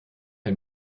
ein